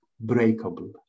breakable